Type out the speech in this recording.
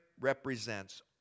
represents